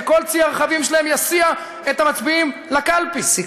שכל צי הרכבים שלהם יסיע את המצביעים לקלפי,